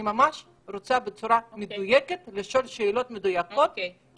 אני רוצה ממש בצורה מדויקת לשאול שאלות מדויקות את נציג